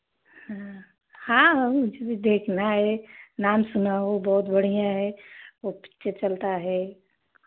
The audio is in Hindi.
हाँ हाँ मुझे भी देखना है नाम सुना है बहुत बढ़ियाँ है वो पिक्चर चलता है